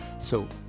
so,